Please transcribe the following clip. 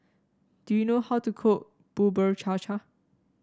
do you know how to cook Bubur Cha Cha